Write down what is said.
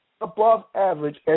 above-average